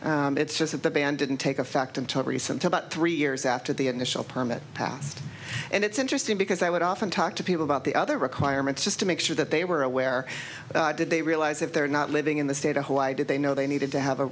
that it's just that the ban didn't take effect until recently about three years after the initial permit passed and it's interesting because i would often talk to people about the other requirements just to make sure that they were aware did they realize if they're not living in the state or why did they know they needed to have a